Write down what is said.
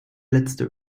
letzte